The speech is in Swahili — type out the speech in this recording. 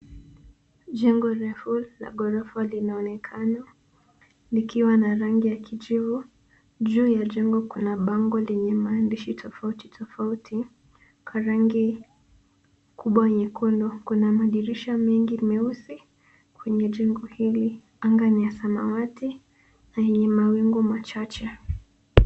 Jengo refu la ghorofa linaonekana likiwa na rangi ya kijivu. Juu ya jengo kuna bango lenye maandishi tofauti tofauti kwa rangi kubwa nyekundu. Kuna madirisha mengi meusi kwenye jengo hili. Anga ni ya samawati na yenye mawingu machache.